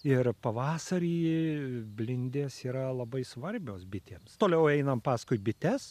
ir pavasarį blindės yra labai svarbios bitėms toliau einam paskui bites